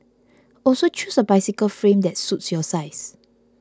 also choose a bicycle frame that suits your size